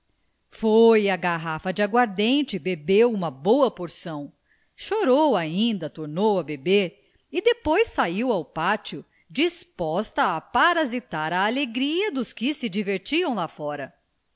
foi à garrafa de aguardente bebeu uma boa porção chorou ainda tornou a beber e depois saiu ao pátio disposta a parasitar a alegria dos que se divertiam lá fora